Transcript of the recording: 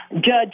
Judge